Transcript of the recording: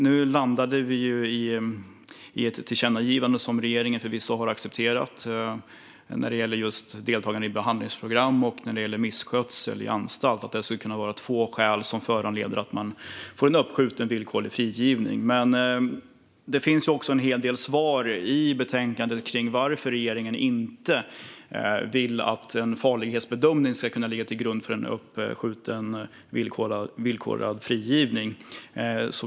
Nu landade vi ju i ett tillkännagivande som regeringen förvisso har accepterat när det gäller att deltagande i behandlingsprogram och missskötsel i anstalt skulle kunna vara två skäl som föranleder uppskjuten villkorlig frigivning. Det finns också en hel del svar i betänkandet kring varför regeringen inte vill att en farlighetsbedömning ska kunna ligga till grund för uppskjuten villkorlig frigivning.